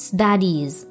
Studies